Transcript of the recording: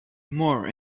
more